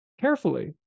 carefully